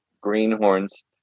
greenhorns